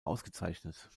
ausgezeichnet